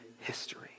history